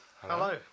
Hello